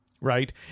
right